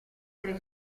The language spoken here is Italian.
tre